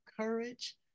courage